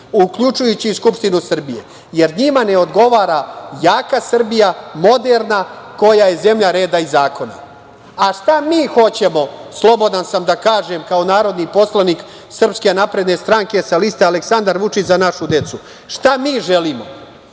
uključujući i Skupštinu Srbije, jer njima ne odgovara jaka Srbija, moderna, koja je zemlja reda i zakona.A, šta mi hoćemo, slobodan sam da kažem kao narodni poslanik SNS sa liste Aleksandar Vučić – Za našu decu, šta mi želimo?